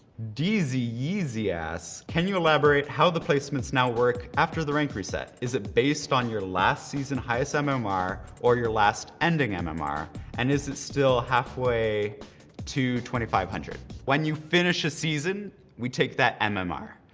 deezyyeezy asks, can you elaborate how the placements now work after the rank reset? is it based on your last season highest um um ah mmr or your last ending um mmr? and is it still half way to two thousand five hundred? when you finish a season, we take that um ah mmr,